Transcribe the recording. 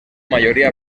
mayoría